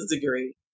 degree